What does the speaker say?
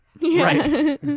Right